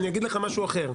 אני אגיד לך משהו אחר,